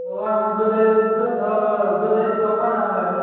औ आङो गोदै गोदै गोबाब फानो आङो